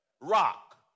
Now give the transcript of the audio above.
rock